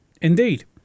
Indeed